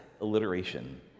alliteration